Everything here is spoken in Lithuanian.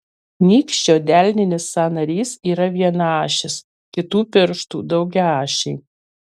nykščio delninis sąnarys yra vienaašis kitų pirštų daugiaašiai